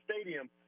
Stadium